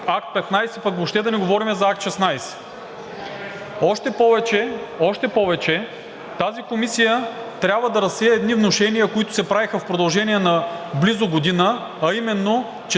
Акт 15, пък въобще да не говорим за Акт 16. Още повече тази комисия трябва да разсее едни внушения, които се правеха в продължение на близо година, а именно, че